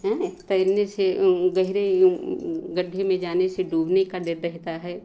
हैं तैरने से गहरी गढ्ढे में जाने से डूबने का डर रहता है